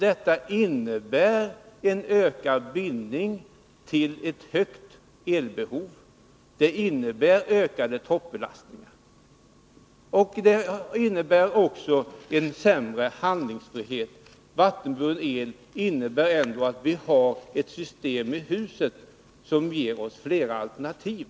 Det innebär en ökad bindning till ett högt elbehov och ökade toppbelastningar. Och det innebär också sämre handlingsfrihet. Vattenburen el innebär ändå att vi har ett system i husen som ger oss flera alternativ.